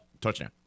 touchdown